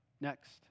Next